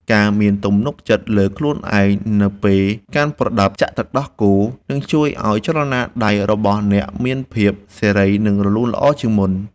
ការមានទំនុកចិត្តលើខ្លួនឯងនៅពេលកាន់ប្រដាប់ចាក់ទឹកដោះគោ នឹងជួយឱ្យចលនាដៃរបស់អ្នកមានភាពសេរី និងរលូនល្អជាងមុន។